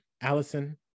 Allison